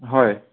হয়